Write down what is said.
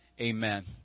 Amen